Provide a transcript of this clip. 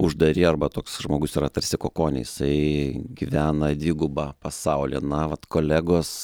uždari arba toks žmogus yra tarsi kokone jisai gyvena dvigubą pasaulį na vat kolegos